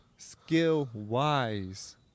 Skill-wise